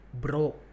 Bro